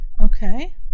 Okay